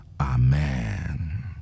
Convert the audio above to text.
Amen